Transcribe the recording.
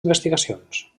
investigacions